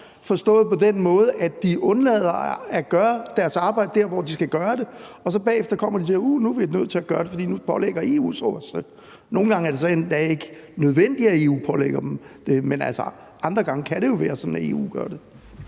forstået på den måde, at de undlader at gøre deres arbejde der, hvor de skal gøre det, og bagefter kommer de så og siger: Uh, nu er vi nødt til at gøre det, for nu pålægger EU os det. Nogle gange er det så endda ikke nødvendigt, at EU pålægger dem det, men altså andre gange kan det jo være sådan, at EU gør det.